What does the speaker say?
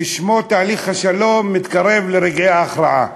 ששמו תהליך השלום מתקרב לרגעי ההכרעה.